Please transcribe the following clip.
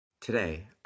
Today